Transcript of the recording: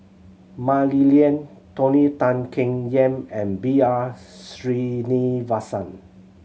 Mah Li Lian Tony Tan Keng Yam and B R Sreenivasan